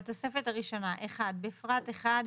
בתוספת הראשונה - בפרט (1),